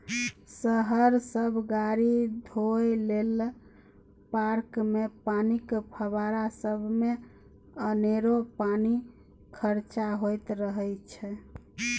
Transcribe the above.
शहर सब गाड़ी धोए लेल, पार्कमे पानिक फब्बारा सबमे अनेरो पानि खरचा होइत रहय छै